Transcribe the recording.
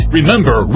Remember